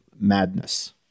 madness